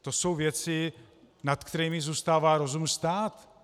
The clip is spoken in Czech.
To jsou věci, nad kterými zůstává rozum stát.